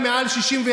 כל אחד מהם,